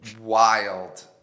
wild